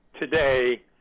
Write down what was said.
today